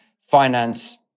finance